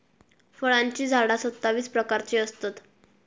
फळांची झाडा सत्तावीस प्रकारची असतत